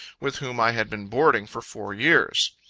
with whom i had been boarding for four years.